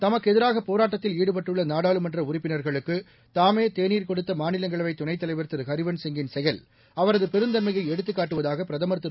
தமக்கு எதிராக போராட்டத்தில் ஈடுபட்டுள்ள நாடாளுமன்ற உறுப்பினர்களுக்கு தாமே தேனீர் கொடுத்த மாநிலங்களவை துணைத் தலைவர் திரு ஹரிவன்ஷ் சிங்கின் செயல் அவரது பெருந்தன்மையை எடுத்துக் காட்டுவதாக பிரதமர் திரு